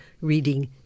reading